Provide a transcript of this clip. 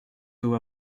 d’eau